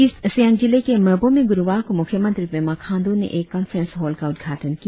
east Siang जिले के मेबो में गुरुवार को मुख्य मंत्री पेमा खाण्डू ने एक कॉन्फ्रेंस हॉल का उदघाटन किया